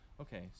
okay